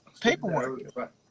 paperwork